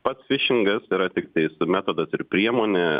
pats fišingas yra tiktais metodas ir priemonė